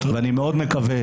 ואני מאוד מקווה